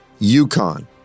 UConn